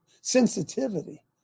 Sensitivity